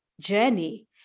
journey